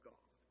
God